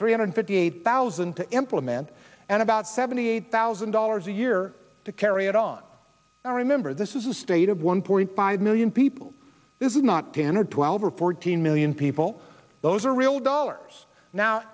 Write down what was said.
three hundred fifty eight thousand to implement and about seventy eight thousand dollars a year to carry it on all remember this is a state of one point five million people this is not ten or twelve or fourteen million people those are real dollars now